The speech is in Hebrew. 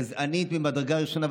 גזענית ממדרגה ראשונה.